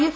F